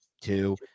two